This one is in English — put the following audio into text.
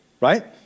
right